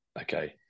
okay